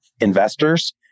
Investors